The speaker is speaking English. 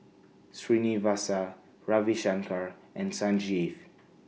Srinivasa Ravi Shankar and Sanjeev